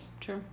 True